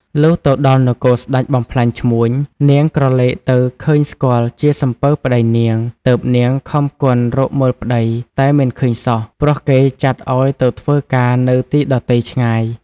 លុះទៅដល់នគរស្តេចបំផ្លាញឈ្មួញ នាងក្រឡេកទៅឃើញស្គាល់ជាសំពៅប្ដីនាង ទើបនាងខំគន់ រកមើលប្តី តែមិនឃើញសោះ ព្រោះគេចាត់ឲ្យទៅធ្វើការនៅទីដទៃឆ្ងាយ ។